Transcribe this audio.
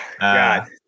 God